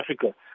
Africa